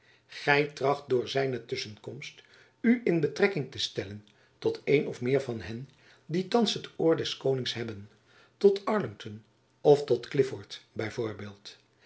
gy tracht door zijne tusschenkomst u in betrekking te stellen tot een of meer van hen die thands het oor des konings hebben tot arlington of tot clifford